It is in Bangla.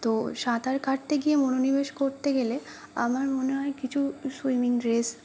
তো সাঁতার কাটতে গিয়ে মনোনিবেশ করতে গেলে আমার মনে হয় কিছু সুইমিং ড্রেস